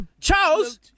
Charles